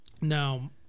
Now